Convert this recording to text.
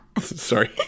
Sorry